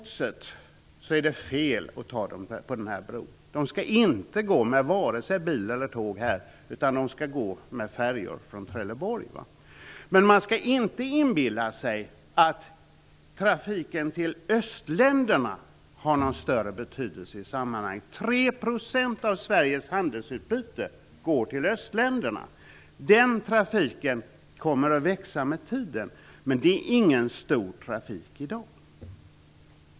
Det är fel att ta massgodset på den här bron. Det skall inte gå med vare sig bil eller tåg här. Det skall gå med färjor från Trelleborg. Man skall inte inbilla sig att trafiken till östländerna har någon större betydelse i sammanhanget. 3 % av Sveriges handelsutbyte sker med östländerna. Den trafiken kommer att växa med tiden, men det är ingen stor trafik i dag.